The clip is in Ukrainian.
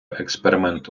експеримент